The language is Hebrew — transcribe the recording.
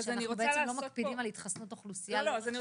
כשאנחנו לא מקפידים על חיסון האוכלוסייה לאורך שנים?